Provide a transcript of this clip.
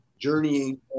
journeying